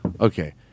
Okay